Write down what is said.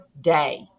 day